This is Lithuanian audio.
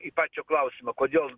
į pačio klausimą kodėl